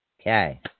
Okay